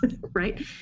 right